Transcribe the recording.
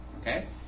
Okay